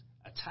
attack